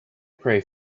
pray